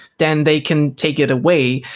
then they can take it away.